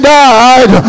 died